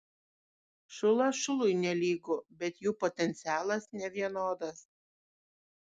šulas šului nelygu bet jų potencialas nevienodas